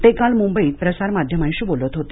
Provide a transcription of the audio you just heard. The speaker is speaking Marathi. ते काल मुंबईत प्रसारमाध्यमांशी बोलत होते